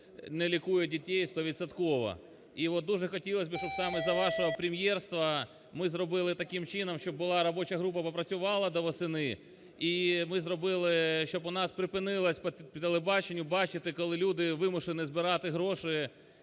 не лікує дітей стовідсотково. І от дуже хотілося би, щоб саме за вашого прем'єрства ми зробили таким чином, щоб була робоча група, попрацювала до осені, і ми зробили, щоб у нас припинилось по телебаченню бачити, коли люди вимушені збирати гроші